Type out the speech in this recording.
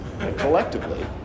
Collectively